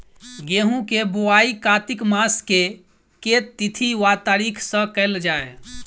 गेंहूँ केँ बोवाई कातिक मास केँ के तिथि वा तारीक सँ कैल जाए?